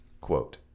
quote